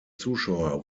zuschauer